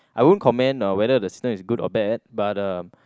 I won't comment on whether the system is good or bad but uh